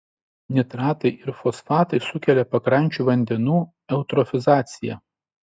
nitratai ir fosfatai sukelia pakrančių vandenų eutrofizaciją